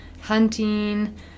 hunting